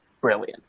brilliant